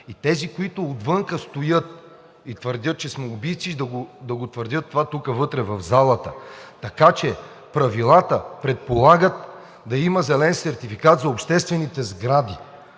и тези, които отвън стоят и твърдят, че сме убийци, да твърдят това тук, вътре в залата. Така че правилата предполагат да има зелен сертификат за обществените сгради.